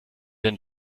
denn